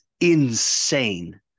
insane